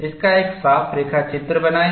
इसका एक साफ रेखाचित्र बनाएं